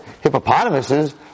hippopotamuses